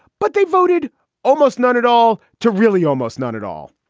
but they voted almost none at all to really? almost none at all.